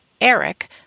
Eric